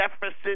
deficit